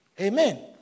Amen